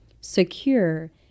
secure